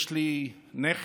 יש לי נכד